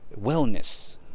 Wellness